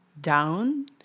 down